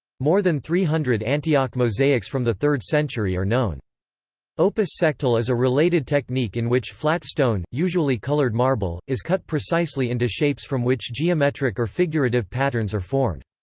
more than three hundred antioch mosaics from the third century are known opus sectile is a related technique in which flat stone, usually coloured marble, is cut precisely into shapes from which geometric or figurative patterns are formed.